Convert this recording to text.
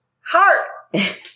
Heart